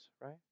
right